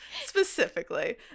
specifically